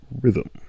rhythm